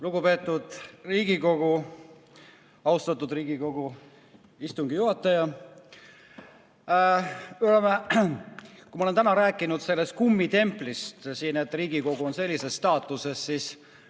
Lugupeetud Riigikogu! Austatud Riigikogu istungi juhataja! Ma olen täna rääkinud sellest kummitemplist siin, et Riigikogu on sellises staatuses, aga